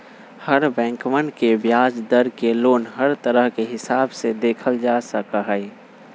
हर बैंकवन के ब्याज दर के लोन हर तरह के हिसाब से देखल जा सका हई